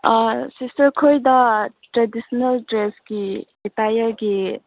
sister ꯈꯣꯏꯗ traditional ꯗ꯭ꯔꯦꯁꯀꯤ ꯑꯦꯇꯥꯌꯔꯒꯤ